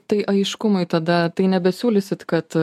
tai aiškumui tada tai nebesiūlysit kad